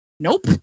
nope